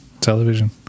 television